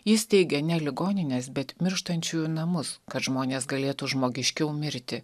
įsteigė ne ligonines bet mirštančiųjų namus kad žmonės galėtų žmogiškiau mirti